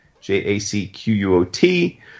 J-A-C-Q-U-O-T